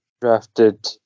drafted